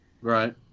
right